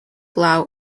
lowe